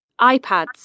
iPads